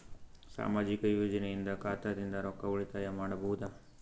ಸಾಮಾಜಿಕ ಯೋಜನೆಯಿಂದ ಖಾತಾದಿಂದ ರೊಕ್ಕ ಉಳಿತಾಯ ಮಾಡಬಹುದ?